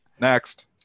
Next